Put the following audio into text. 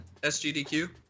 SGDQ